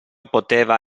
poteva